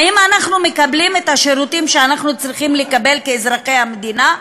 האם אנחנו מקבלים את השירותים שאנחנו צריכים לקבל כאזרחי המדינה?